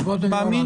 כבוד היושב-ראש,